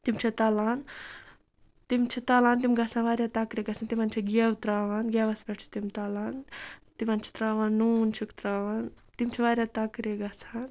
تِم چھِ تَلان تِم چھِ تَلان تِم گژھن واریاہ تَکرِ گژھٕنۍ تِمَن چھِ گٮ۪و ترٛاوان گٮ۪وَس پٮ۪ٹھ چھِ تِم تَلان تِمَن چھِ ترٛاوان نوٗن چھِکھ ترٛاوان تِم چھِ واریاہ تَکرِ گژھان